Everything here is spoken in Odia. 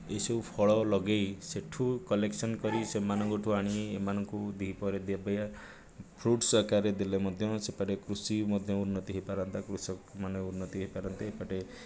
ଏଇସବୁ ଫଳ ଲଗେଇ ସେଠୁ କଲେକ୍ସନ୍ କରି ସେମାନଙ୍କଠୁ ଆଣି ଏମାନଙ୍କୁ ଦ୍ୱିପହରେ ଦେବେ ଫ୍ରୁଟସ୍ ଆକାରରେ ଦେଲେ ମଧ୍ୟ ସେପଟେ କୃଷି ମଧ୍ୟ ଉନ୍ନତି ହେଇପାରନ୍ତା କୃଷକମାନେ ଉନ୍ନତି ହେଇପାରନ୍ତେ ଏପଟେ